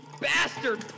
bastard